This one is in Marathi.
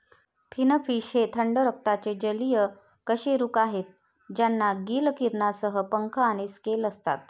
फिनफिश हे थंड रक्ताचे जलीय कशेरुक आहेत ज्यांना गिल किरणांसह पंख आणि स्केल असतात